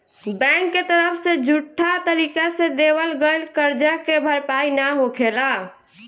bank के तरफ से झूठा तरीका से देवल गईल करजा के भरपाई ना होखेला